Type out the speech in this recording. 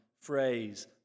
phrase